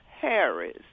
Harris